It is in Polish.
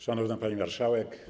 Szanowna Pani Marszałek!